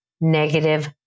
negative